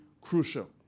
crucial